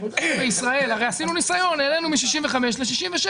בישראל עשינו ניסיון כאשר העלינו מגיל 65 לגיל 67